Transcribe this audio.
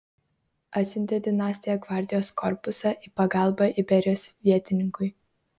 atsiuntė dinastija gvardijos korpusą į pagalbą iberijos vietininkui